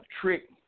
trick